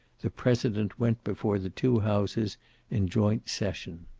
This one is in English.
the president went before the two houses in joint session.